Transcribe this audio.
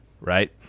right